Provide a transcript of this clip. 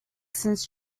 since